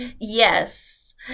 Yes